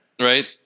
Right